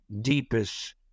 deepest